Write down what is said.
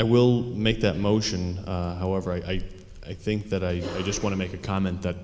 i will make that motion however i i think that i just want to make a comment that